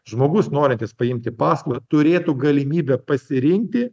žmogus norintis paimti paskolą turėtų galimybę pasirinkti